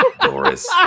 Doris